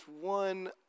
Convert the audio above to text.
one